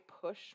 push